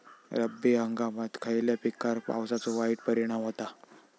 रब्बी हंगामात खयल्या पिकार पावसाचो वाईट परिणाम होता?